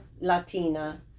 Latina